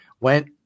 went